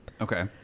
Okay